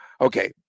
Okay